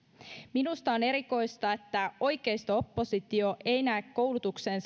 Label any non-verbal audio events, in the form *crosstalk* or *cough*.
minusta on erikoista että oikeisto oppositio ei näe koulutukseen *unintelligible*